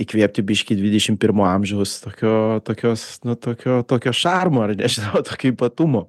įkvėpti biški dvidešim pirmo amžiaus tokio tokios nu tokio tokio šarmo ar nežinau tokio ypatumo